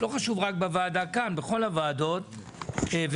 בכל הוועדות,